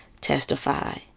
testify